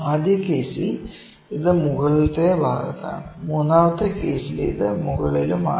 ആദ്യ കേസിൽ ഇത് മുകളിലത്തെ ഭാഗത്താണ് മൂന്നാമത്തെ കേസിൽ ഇത് മുകളിലുമാണ്